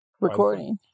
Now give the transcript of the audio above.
Recording